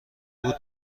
بود